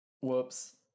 Whoops